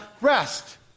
rest